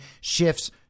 shifts